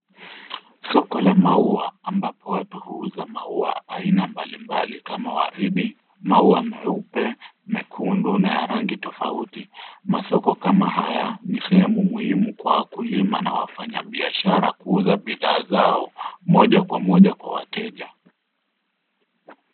Soko la maua, ambapo watu huuza maua aina mbalimbali, kama waridi, maua meupe, mekundu na ya rangi tofauti. Masoko kama haya ni sehemu muhimu kwa wakulima na wafanyabiashara kuuza bidhaa zao moja kwa moja kwa wateja.